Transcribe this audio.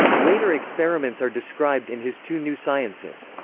later experiments are described in his two new sciences.